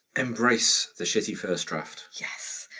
embrace the shitty first draft. yes.